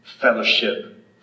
fellowship